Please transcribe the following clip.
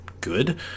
good